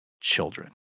children